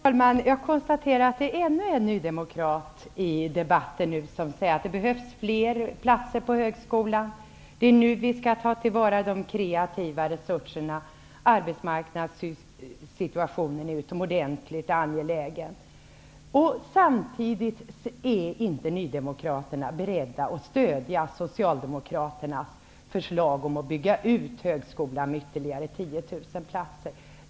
Herr talman! Jag konstaterar att vi nu har hört ännu en nydemokrat i debatten som säger att det behövs fler platser på högskolan, att det är nu vi skall ta till vara de kreativa resurserna och att det med tanke på arbetsmarknadssituationen är utomordentligt angeläget. Samtidigt är nydemokraterna inte beredda att stödja Socialdemokraternas förslag att bygga ut högskolan med ytterligare 10 000 platser.